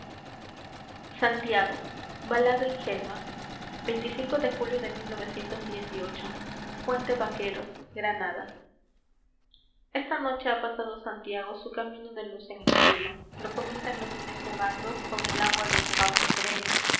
estrella digna de herirlas y eclipsarlas balada ingenua fuente vaqueros granada esta noche ha pasado santiago su camino de luz en el cielo lo comentan los niños jugando con el agua de un cauce sereno